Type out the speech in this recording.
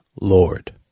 Lord